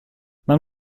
man